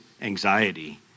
anxiety